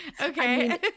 Okay